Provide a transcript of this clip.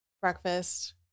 breakfast